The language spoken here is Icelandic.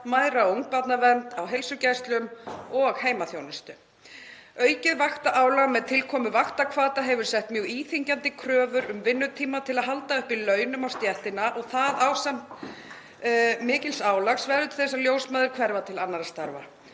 og ungbarnavernd á heilsugæslum og heimaþjónustu. Aukið vaktaálag með tilkomu vaktahvata hefur sett mjög íþyngjandi kröfur á stéttina um vinnutíma til að halda uppi launum og það, ásamt miklu álagi, verður til þess að ljósmæður hverfa til annarra starfa.